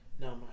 No